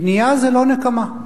בנייה זו לא נקמה.